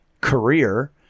career